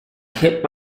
hit